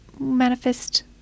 manifest